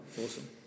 Awesome